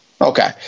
Okay